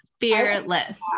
fearless